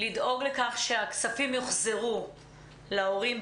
לדאוג לכך שהכספים יוחזרו להורים במלואם.